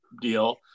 deal